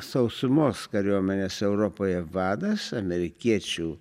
sausumos kariuomenės europoje vadas amerikiečių